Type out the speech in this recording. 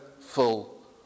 full